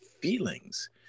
feelings